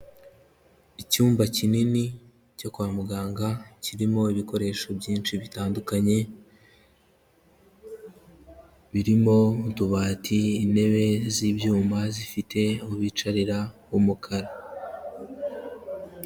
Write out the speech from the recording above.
Icyumba kinini cyo kwa muganga kirimo ibikoresho byinshi bitandukanye birimo utubati, intebe z'ibyuma zifite aho bicarira h'umukara.